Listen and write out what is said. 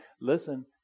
listen